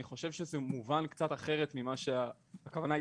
אני חושב שזה מובן קצת אחרת ממה שהייתה הכוונה,